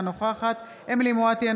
אינה נוכחת אמילי חיה מואטי,